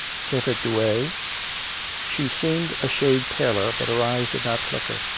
safe at douay she seemed a shade paler, but her eyes did not flicker.